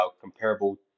comparable